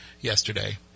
yesterday